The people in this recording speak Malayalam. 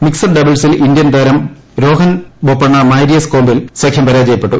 മിക്സഡ് ഡഹിൾസിൽ ഇന്ത്യൻ താരം രോഹൻ ബൊപ്പണ്ണ മാരിയസ് കോപിൽ സഖ്യം പരാജയപ്പെട്ടു